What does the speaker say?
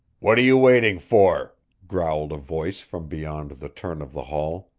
what are you waiting for? growled a voice from beyond the turn of the hall.